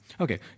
Okay